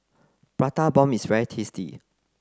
Prata bomb is very tasty